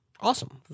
Awesome